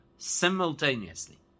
Simultaneously